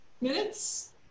minutes